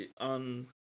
on